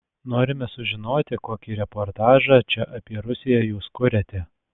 norime sužinoti kokį reportažą čia apie rusiją jūs kuriate